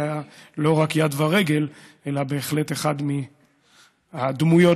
היו לא רק יד ורגל אלא בהחלט הוא אחת הדמויות